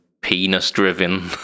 penis-driven